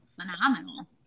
phenomenal